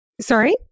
Sorry